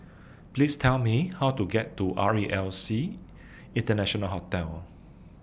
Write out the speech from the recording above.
Please Tell Me How to get to R E L C International Hotel